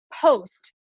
post